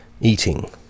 eating